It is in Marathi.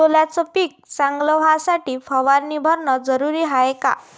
सोल्याचं पिक चांगलं व्हासाठी फवारणी भरनं जरुरी हाये का?